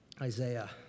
isaiah